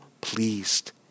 pleased